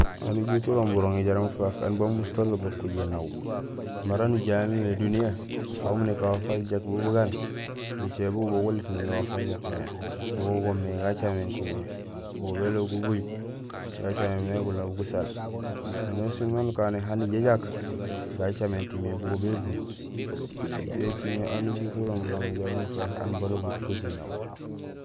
Aan ujut urooŋ buroŋi inja ufaak aan bamusut aloob makojiyé naaw. Mara nujahé mémé duniyee, aw umun nékaan waaf wajajaak bun bugaan, gucé bugubo guléét néñoow waaf wajajakmé, bugo goomé gacaminti mé, bugo béloob gubuuj, gacaméni mé guloob gusaal. Minosiin maan ukané hani jajaak, gacaminti mé go bébuuj. Yo écilmé aan ujuut urooŋ buroŋi jaraam ufaak aan balobut koji naaw.